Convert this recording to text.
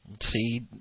See